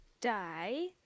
die